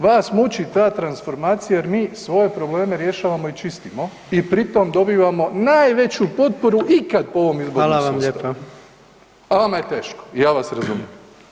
Vas muči ta transformacija jer mi svoje probleme rješavamo i čistimo i pri tom dobivamo najveću potporu ikad po ovom izbornom sustavu [[Upadica: Hvala vam lijepa]] a vama je teško i ja vas razumije.